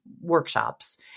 workshops